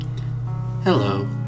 Hello